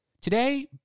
Today